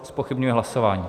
Zpochybňuji hlasování.